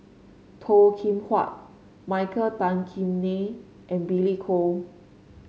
Toh Kim Hwa Michael Tan Kim Nei and Billy Koh